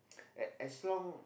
uh as long